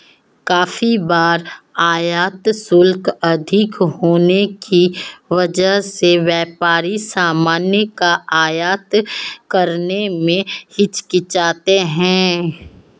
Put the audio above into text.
काफी बार आयात शुल्क अधिक होने की वजह से व्यापारी सामान का आयात करने में हिचकिचाते हैं